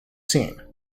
seen